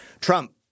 Trump